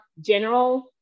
general